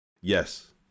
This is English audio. Yes